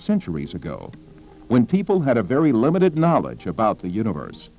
centuries ago when people had a very limited knowledge about the universe